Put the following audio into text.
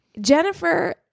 Jennifer